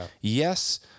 Yes